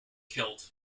killed